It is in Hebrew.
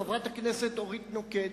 חברת הכנסת אורית נוקד,